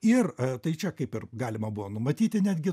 ir tai čia kaip ir galima buvo numatyti netgi